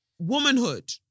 womanhood